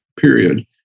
period